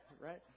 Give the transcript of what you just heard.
right